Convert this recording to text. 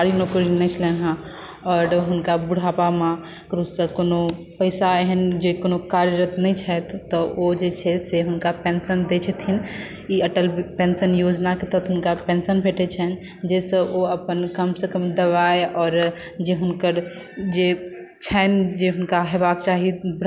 आओर हुनका बुढापा मे ककरोसँ कोनो पैसा एहन जे कोनो कार्यरत नहि छथि तऽ ओ जे छै से हुनका पेंशन दै छथिन ई अटल पेंशन योजनाक तहत हुनका पेंशन भेटैत छनि जाहिसँ ओ अपन कम सँ कम दवाई आओर जे हुनकर जे छनि जे हुनका हेबाक चाही बुढापा मे हुनकर कष्ट